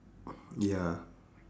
ya